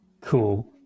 Cool